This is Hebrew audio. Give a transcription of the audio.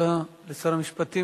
תודה לשר המשפטים.